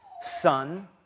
Son